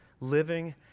living